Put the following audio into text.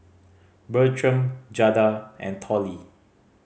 Bertram Jada and Tollie